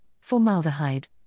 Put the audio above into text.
formaldehyde